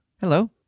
Hello